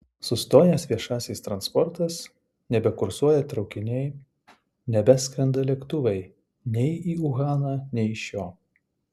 sustojęs viešasis transportas nebekursuoja traukiniai nebeskrenda lėktuvai nei į uhaną nei iš jo